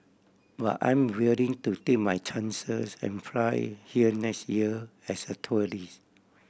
but I'm willing to take my chances and fly here next year as a tourist